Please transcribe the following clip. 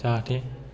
जाहाथे